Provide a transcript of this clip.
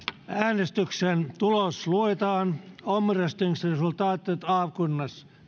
äänestyksen tulos luetaan omröstningsresultatet avkunnas